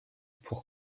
pour